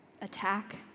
attack